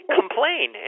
complain